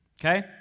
Okay